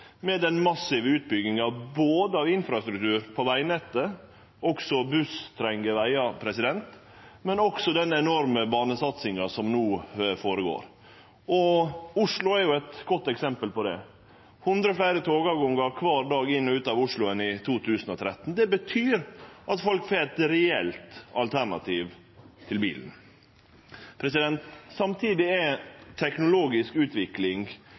både den massive utbygginga av infrastruktur på vegnettet – også buss treng vegar – og den enorme banesatsinga som no går føre seg. Oslo er eit godt eksempel på det, med 100 fleire togavgangar kvar dag inn og ut av Oslo enn i 2013. Det betyr at folk har eit reelt alternativ til bilen. Samtidig er teknologisk utvikling